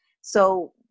So-